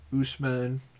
Usman